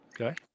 okay